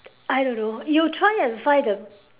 I don't know you try and find the